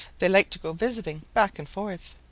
they like to go visiting back and forth.